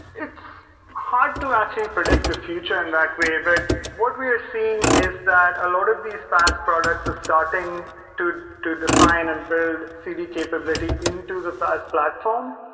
it's hard to ah actually predict the future in that way, but what we are seeing is that a lot of these paas products are starting to to define and build cd capability into the paas platform.